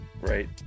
right